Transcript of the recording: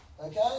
Okay